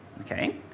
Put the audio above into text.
okay